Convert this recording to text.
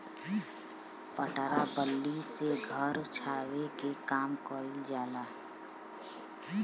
पटरा बल्ली से घर छावे के काम कइल जाला